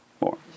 More